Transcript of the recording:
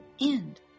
end